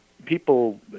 People